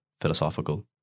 philosophical